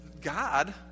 God